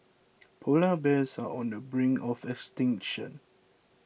Polar Bears are on the brink of extinction